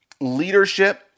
leadership